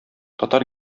татар